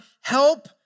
help